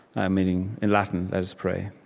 um meaning, in latin, let us pray.